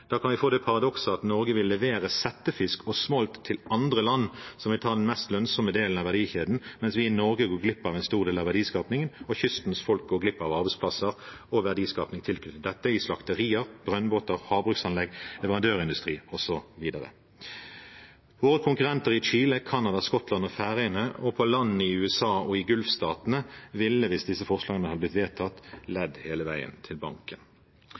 Da kan vi få det paradokset at Norge vil levere settefisk og smolt til andre land, som vil ta den mest lønnsomme delen av verdikjeden, mens vi i Norge går glipp av en stor del av verdiskapingen og kystens folk går glipp av arbeidsplasser og verdiskaping tilknyttet dette i slakterier, brønnbåter, havbruksanlegg, leverandørindustri osv. Våre konkurrenter i Chile, Canada, Skottland, Færøyene og på land i USA og i gulfstatene ville, hvis disse forslagene hadde blitt vedtatt, ledd hele veien til banken.